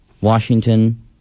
Washington